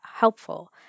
helpful